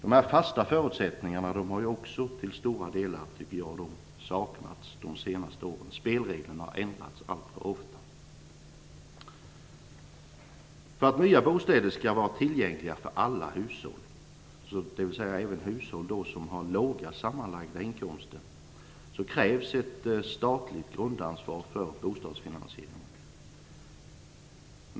Sådana fasta förutsättningar tycker jag till stora delar har saknats de senaste åren. Spelreglerna har ändrats alltför ofta. För att nya bostäder skall vara tillgängliga för alla hushåll, dvs. även för hushåll med låga sammanlagda inkomster, krävs ett statligt grundansvar för bostadsfinansieringen.